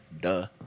Duh